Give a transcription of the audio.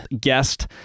guest